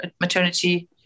maternity